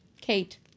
Kate